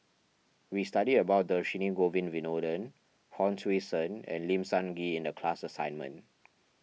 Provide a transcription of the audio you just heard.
we studied about Dhershini Govin Winodan Hon Sui Sen and Lim Sun Gee in the class assignment